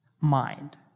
mind